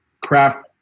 craft